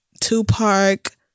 two-park